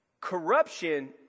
Corruption